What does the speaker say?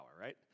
right